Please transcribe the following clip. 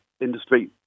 industry